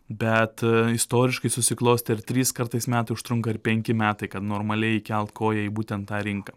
bet istoriškai susiklostę ir trys kartais metai užtrunka ir penki metai kad normaliai įkelt koją į būtent tą rinką